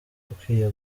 ukwiye